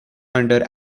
under